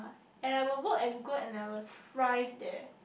and I will work at Google and I will thrive there